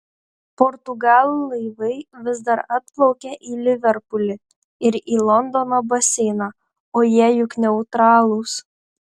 portugalų laivai vis dar atplaukia į liverpulį ir į londono baseiną o jie juk neutralūs